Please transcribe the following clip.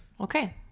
Okay